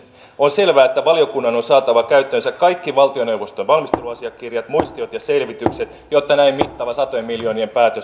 on selvää että valiokunnan on saatava käyttöönsä kaikki valtioneuvoston valmisteluasiakirjat muistiot ja selvitykset jotta näin mittava satojen miljoonien päätös saataisiin tehtyä